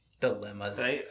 Dilemmas